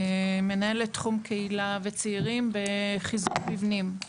מנהלת תחום קהילה וצעירים וחיזוק מבנים.